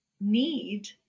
need